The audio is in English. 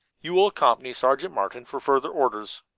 you will accompany sergeant martin for further orders.